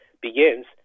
begins